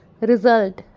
Result